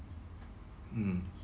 mmhmm